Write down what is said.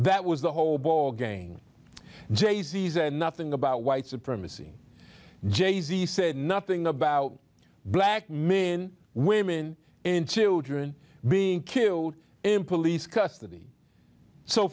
that was the whole ballgame jay z's and nothing about white supremacy jay z said nothing about black men women and children being killed in police custody so